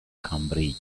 cambridge